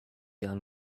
young